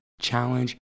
challenge